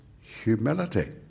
humility